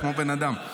כמו בן אדם.